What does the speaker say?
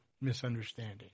misunderstanding